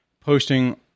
posting